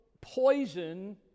poison